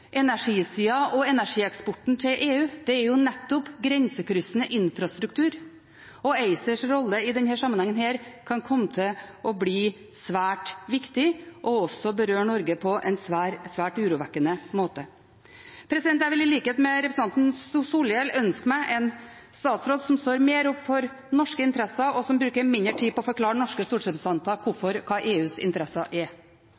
energisida og energieksporten til EU? Det er jo nettopp grensekryssende infrastruktur. ACERs rolle i denne sammenheng kan komme til å bli svært viktig og berøre Norge på en svært urovekkende måte. Jeg vil i likhet med representanten Solhjell ønske meg en statsråd som står mer opp for norske interesser, og som bruker mindre tid på å forklare norske stortingsrepresentanter hva EUs interesser er.